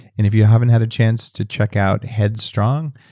if you haven't had a chance to check out head strong,